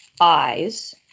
eyes